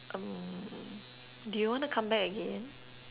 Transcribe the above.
um do you wanna come back again